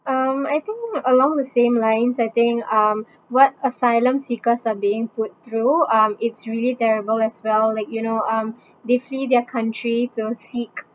um I think along the same lines I think um what asylum seekers are being put through um it's really terrible as well like you know um they flee their country to seek